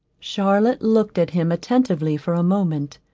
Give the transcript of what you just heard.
charlotte looked at him attentively for a moment.